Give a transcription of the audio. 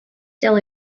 still